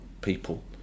people